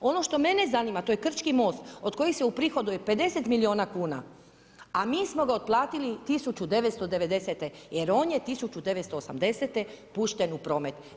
Ono što mene zanima, to je Krčki most, od kojih se uprihoduju 50 milijuna kuna, a mi smo ga otplatili 1990.-te, jer on je 1980.-te pušten u promet.